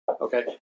Okay